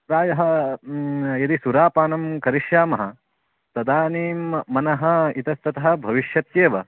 प्रायः यदि सुरापानं करिष्यामः तदानीं मनः इतस्ततः भविष्यत्येव